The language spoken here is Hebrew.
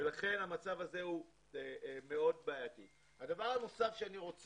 לכן, הדבר הזה מאוד בעייתי.